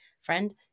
friend